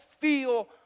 feel